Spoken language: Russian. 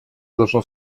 должно